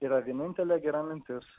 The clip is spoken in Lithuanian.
yra vienintelė gera mintis